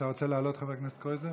לעלות, חבר הכנסת קרויזר?